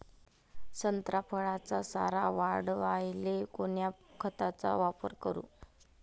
संत्रा फळाचा सार वाढवायले कोन्या खताचा वापर करू?